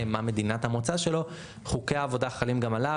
מה מדינת המוצא שלו חוקי העבודה חלים גם לעין,